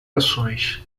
ações